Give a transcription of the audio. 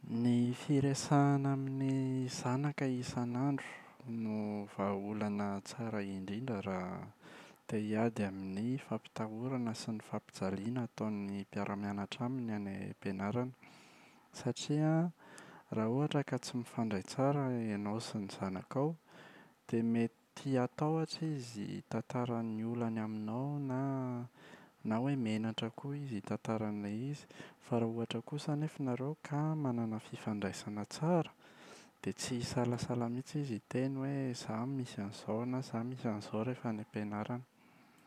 Ny firesahana amin’ny zanaka isan’andro no vahaolana tsara indrindra raha te hiala amin’ny fampitahorana sy ny fampijaliana ataon’ny mpiara-mianatra aminy any am-pianarana. Satria an raha ohatra ka tsy mifandray tsara ianao sy ny zanakao dia mety hatahotra izy hitantara ny olany aminao na hoe menatra koa izy hitantara an’ilay izy. Fa raha ohatra kosa nefa nareo ka manana fifandraisana tsara dia tsy hisalasala mihitsy izy hiteny hoe izaho misy an’izao na izaho misy an’izao rehefa any am-pianarana.